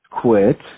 Quit